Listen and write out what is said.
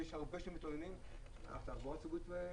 ויש הרבה שמתלוננים שהתחבורה הציבורית מסוכנת.